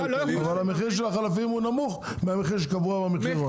אבל המחיר של החלפים הוא נמוך מהמחיר שקבוע במחירון.